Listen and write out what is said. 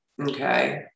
Okay